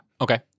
Okay